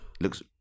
looks